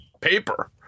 paper